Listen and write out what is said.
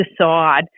decide